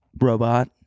Robot